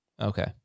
Okay